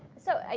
so, i,